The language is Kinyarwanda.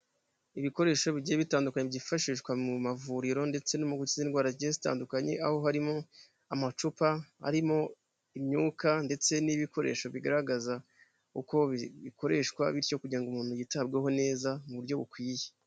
Ibikoresho bigiye bitandukanye byifashishwa mu mavuriro ndetse no gukiza indwara zigiye zitandukanye, aho harimo amacupa arimo imyuka ndetse n'ibikoresho bigaragaza uko bikoreshwa. Bityo kugira ngo umuntu yitabweho neza mu buryo bukwiye.